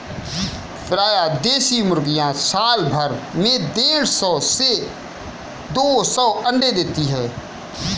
प्रायः देशी मुर्गियाँ साल भर में देढ़ सौ से दो सौ अण्डे देती है